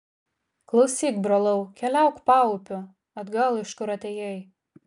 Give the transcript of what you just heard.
klausyk brolau keliauk paupiu atgal iš kur atėjai